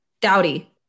Dowdy